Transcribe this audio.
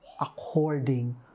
according